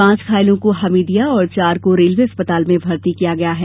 पांच घायलों को हमीदिया और चार को रेलवे अस्पताल में भर्ती किया गया है